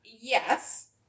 Yes